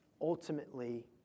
ultimately